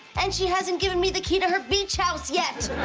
and she hasn't given me the key to her beach house yet.